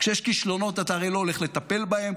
כשיש כישלונות אתה הרי לא הולך לטפל בהם,